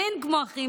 אין כמו אחים.